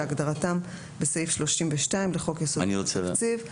כהגדרתם בסעיף 32 לחוק יסודות התקציב.